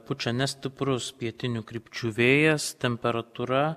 pučia nestiprus pietinių krypčių vėjas temperatūra